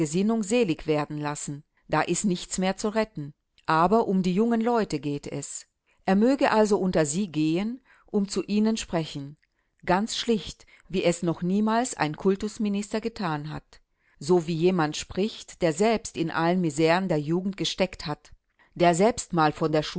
gesinnung selig werden lassen da ist nichts mehr zu retten aber um die jungen leute geht es er möge also unter sie gehen und zu ihnen sprechen ganz schlicht wie es noch niemals ein kultusminister getan hat so wie jemand spricht der selbst in allen miseren der jugend gesteckt hat der selbst mal von der